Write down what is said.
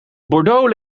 bordeaux